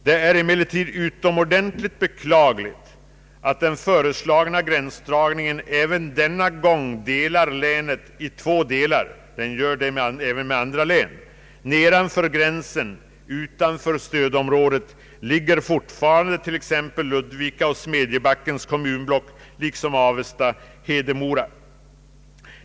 Det är emellertid utomordentligt beklagligt att den föreslagna gränsdragningen även denna gång delar länet i två delar. Den gör det även med andra län. Nedanför gränsen, utanför stödområdet, ligger fortfarande t.ex. Ludvika och Smedjebackens kommunblock liksom Avesta—Hedemora.